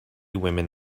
women